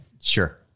Sure